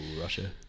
Russia